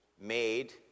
Made